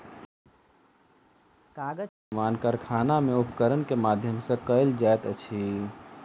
कागज के निर्माण कारखाना में उपकरण के माध्यम सॅ कयल जाइत अछि